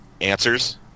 answers